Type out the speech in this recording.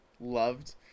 loved